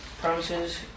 promises